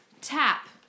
Tap